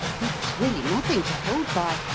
there was really nothing to hold by,